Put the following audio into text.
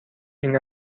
این